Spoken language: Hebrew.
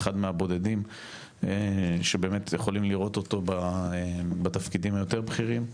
אחד מהבודדים שבאמת יכולים לראות אותו בתפקידים היותר בכירים.